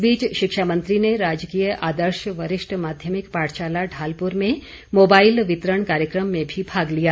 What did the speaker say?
इस बीच शिक्षा मंत्री ने राजकीय आदर्श वरिष्ठ माध्यमिक पाठशाला ढालपुर में मोबाईल वितरण कार्यक्रम में भी भाग लिया